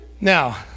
Now